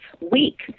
week